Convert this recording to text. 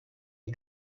est